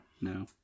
no